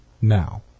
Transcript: now